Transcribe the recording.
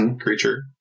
creature